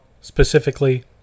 specifically